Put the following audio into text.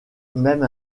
même